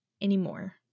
anymore